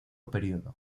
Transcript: período